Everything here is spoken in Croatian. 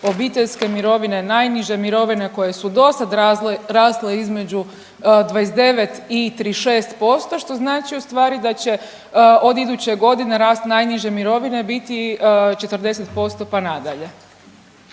obiteljske mirovine, najniže mirovine koje su dosad rasle između 29 i 36% što znači ustvari da će od iduće godine rast najniže mirovine biti 40%, pa nadalje,